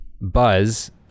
Buzz